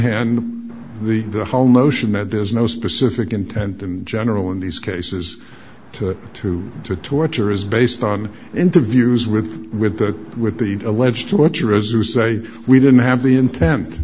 hand the whole notion that there's no specific intent in general in these cases to the torture is based on interviews with with the with the alleged torture as you say we didn't have the intent